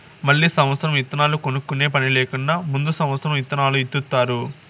మళ్ళీ సమత్సరం ఇత్తనాలు కొనుక్కునే పని లేకుండా ముందు సమత్సరం ఇత్తనాలు ఇత్తుతారు